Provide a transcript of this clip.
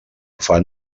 fan